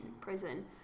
prison